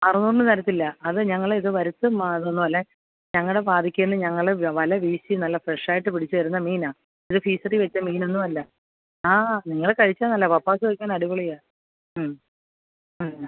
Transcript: അറുന്നൂറിന് തരത്തില്ല അത് ഞങ്ങൾ ഇത് വരുത്തും അതൊന്നുമല്ല ഞങ്ങളുടെ വാതിക്കൽ നിന്ന് ഞങ്ങൾ വല വീശി നല്ല ഫ്രഷായിട്ട് പിടിച്ചു തരുന്ന മീനാണ് ഇത് ഫ്രീസറിൽ വച്ച മീനൊന്നും അല്ല ആ നിങ്ങൾ കഴിച്ചോളൂനല്ല പപ്പാസ് വയ്ക്കാൻ അടിപൊളിയാണ് അല്ല